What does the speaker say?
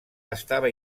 estava